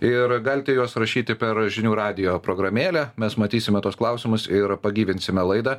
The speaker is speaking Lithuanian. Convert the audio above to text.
ir galite juos rašyti per žinių radijo programėlę mes matysime tuos klausimus ir pagyvinsime laidą